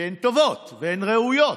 כי הן טובות והן ראויות.